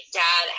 dad